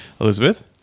elizabeth